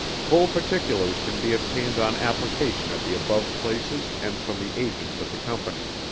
full particulars can be obtained on application at the above places and from the agents of the company.